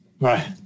Right